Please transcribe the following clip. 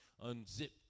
unzip